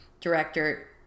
director